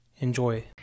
Enjoy